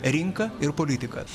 rinka ir politika